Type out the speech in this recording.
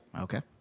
Okay